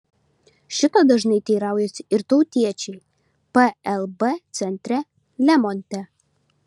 šito dažnai teiraujasi ir tautiečiai plb centre lemonte